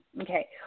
Okay